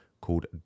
called